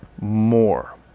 more